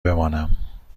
بمانم